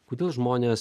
kodėl žmonės